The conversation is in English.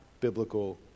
biblical